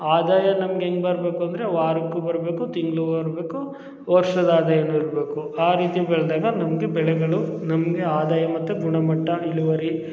ಆದಾಯ ನಮ್ಗೆ ಹೆಂಗ್ ಬರಬೇಕು ಅಂದರೆ ವಾರಕ್ಕೂ ಬರಬೇಕು ತಿಂಗ್ಳಿಗೂ ಬರಬೇಕು ವರ್ಷದ ಆದಾಯನು ಇರಬೇಕು ಆ ರೀತಿ ಬೆಳೆದಾಗ ನಮಗೆ ಬೆಳೆಗಳು ನಮಗೆ ಆದಾಯ ಮತ್ತು ಗುಣಮಟ್ಟ ಇಳುವರಿ